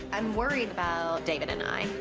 i'm worried about david and i,